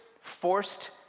forced